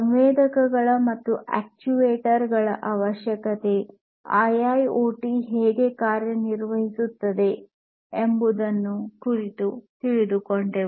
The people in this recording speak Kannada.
ಸಂವೇದಕಗಳ ಮತ್ತು ಅಕ್ಚುಯೇಟರ್ ಗಳ ಅವಶ್ಯಕತೆ ಐಐಓಟಿ ಹೇಗೆ ಕಾರ್ಯನಿರ್ವಹಿಸುತ್ತದೆ ಎಂಬುದರ ಕುರಿತು ತಿಳಿದುಕೊಂಡೆವು